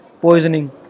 poisoning